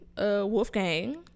Wolfgang